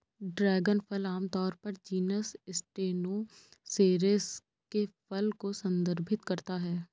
dragon फल आमतौर पर जीनस स्टेनोसेरेस के फल को संदर्भित करता है